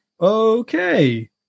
okay